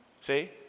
see